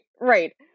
right